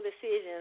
decisions